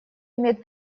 имеет